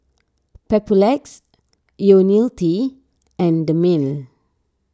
Papulex Ionil T and Dermale